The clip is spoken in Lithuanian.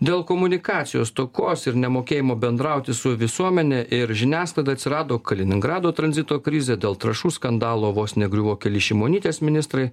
dėl komunikacijos stokos ir nemokėjimo bendrauti su visuomene ir žiniasklaida atsirado kaliningrado tranzito krizė dėl trąšų skandalo vos negriuvo keli šimonytės ministrai